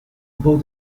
above